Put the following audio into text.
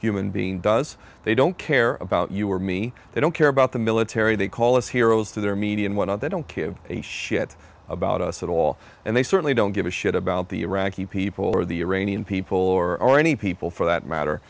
human being does they don't care about you or me they don't care about the military they call us heroes to their media and when they don't care a shit about us at all and they certainly don't give a shit about the iraqi people or the iranian people or any people for that matter